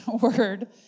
word